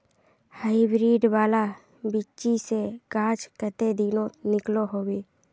Hybrid वाला बिच्ची से गाछ कते दिनोत निकलो होबे?